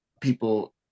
people